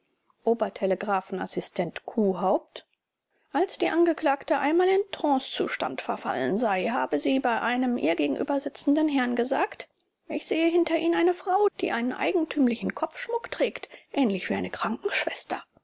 obertelegraphenassistent kuhhaupt als die angeklagte einmal in trancezustand verfallen sei habe sie zu einem ihr gegenübersitzenden herrn gesagt ich sehe hinter ihnen eine frau die einen eigentümlichen kopfschmuck trägt ähnlich wie eine krankenschwester